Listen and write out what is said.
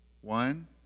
One